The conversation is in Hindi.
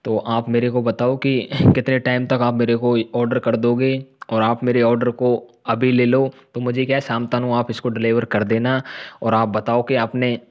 तो आप मेरे को बताओ कि कितने टाइम तक आप मेरे को ऑर्डर कर दोगे और आप मेरे ऑर्डर को अभी ले लो तो मुझे क्या शाम तक आप इसको डिलिवर कर देना और आप बताओ कि आपने